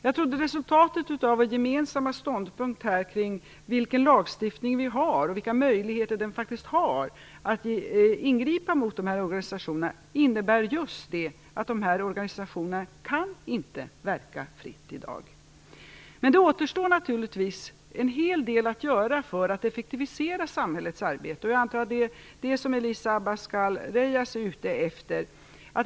Jag trodde resultatet av vår gemensamma ståndpunkt kring vilken lagstiftning vi har och vilka möjligheter den faktiskt ger att ingripa mot de här organisationerna innebar just att de här organisationerna inte kan verka fritt i dag. Men det återstår naturligtvis en hel del att göra för att effektivisera samhällets arbete. Jag antar att det är det som Elisa Abascal Reyes är ute efter.